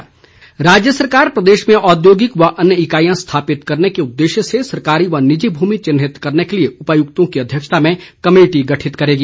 जयराम ठाकुर राज्य सरकार प्रदेश में औद्योगिक व अन्य इकाईयां स्थापित करने के उद्देश्य से सरकारी व निजी भूमि चिन्हित करने के लिए उपायुक्तों की अध्यक्षता में कमेटी गठित करेगी